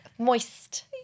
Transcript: Moist